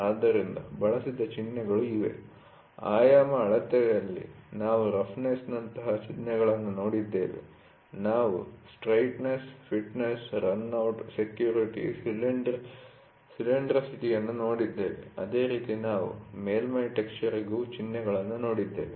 ಆದ್ದರಿಂದ ಬಳಸಿದ ಚಿಹ್ನೆಗಳು ಇವೆ ಆಯಾಮ ಅಳತೆಯಲ್ಲಿ ನಾವು ರಫ್ನೆಸ್'ನಂತಹ ಚಿಹ್ನೆಗಳನ್ನು ನೋಡಿದ್ದೇವೆ ನಾವು straightness fitness run out circularity ಸಿಲಿಂಡರಿಟಿಯನ್ನು ನೋಡಿದ್ದೇವೆ ಅದೇ ರೀತಿ ನಾವು ಮೇಲ್ಮೈ ಟೆಕ್ಸ್ಚರ್'ಗೂ ಚಿಹ್ನೆಗಳನ್ನು ಹೊಂದಿದ್ದೇವೆ